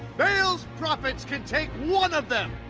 baal's prophets can take one of them.